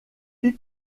fit